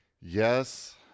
yes